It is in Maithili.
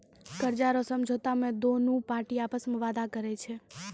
कर्जा रो समझौता मे दोनु पार्टी आपस मे वादा करै छै